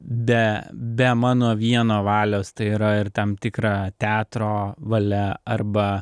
be be mano vieno valios tai yra ir tam tikra teatro valia arba